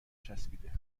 چسبیده